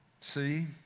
See